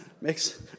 Makes